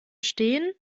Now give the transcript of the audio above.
stehen